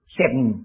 seven